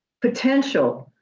potential